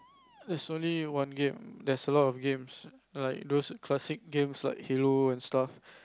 there's only one game there's a lot of games like those classic games like hello and stuff